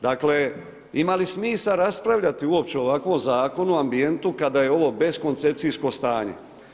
Dakle ima li smisla raspravljati uopće o ovakvom zakonu, ambijentu kada je ovo beskoncepcijsko stanje?